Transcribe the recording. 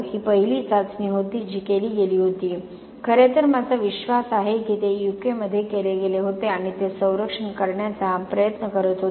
ही पहिली चाचणी होती जी केली गेली होती खरेतर माझा विश्वास आहे की ते यूकेमध्ये केले गेले होते आणि ते संरक्षण करण्याचा प्रयत्न करीत होते